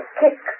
kick